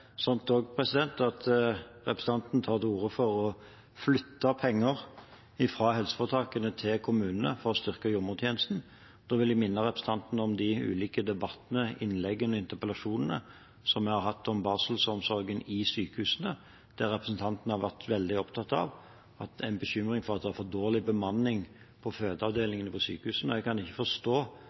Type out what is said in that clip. Representanten tar til orde for å flytte penger fra helseforetakene til kommunene for å styrke jordmortjenesten. Jeg vil minne representanten om de ulike debattene, innleggene og interpellasjonene som vi har hatt om barselomsorgen i sykehusene, der representanten har vært veldig opptatt av og bekymret for at det er for dårlig bemanning på fødeavdelingene på sykehusene. Jeg kan ikke forstå